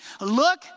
Look